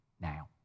now